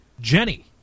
Jenny